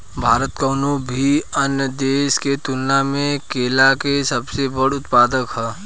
भारत कउनों भी अन्य देश के तुलना में केला के सबसे बड़ उत्पादक ह